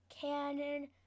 cannon